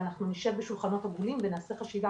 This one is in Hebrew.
ואנחנו נשב בשולחנות עגולים ונעשה חשיבה